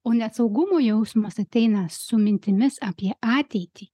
o nesaugumo jausmas ateina su mintimis apie ateitį